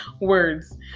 Words